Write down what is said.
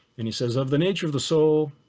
and he says, of the nature of the soul,